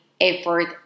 effort